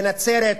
בנצרת,